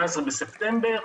בספטמבר.